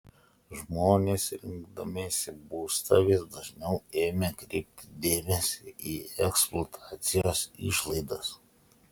žmonės rinkdamiesi būstą vis dažniau ėmė kreipti dėmesį į eksploatacijos išlaidas